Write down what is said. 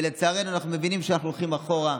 ולצערנו אנחנו מבינים שאנחנו הולכים אחורה.